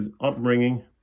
upbringing